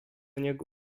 niego